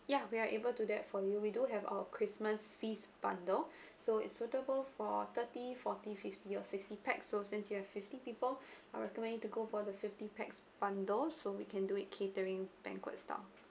ya we are able to do that for you we do have our christmas feast bundle so it's suitable for thirty forty fifty or sixty pax so since you have fifty people I recommend you to go for the fifty pax bundle so we can do it catering banquet style